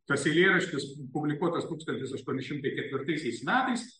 tas eilėraštis publikuotas tūkstantis aštuoni šimtai ketvirtaisiais metais